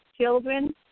children